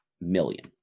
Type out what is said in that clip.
million